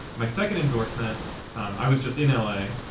my second endorsement um i was just in l a.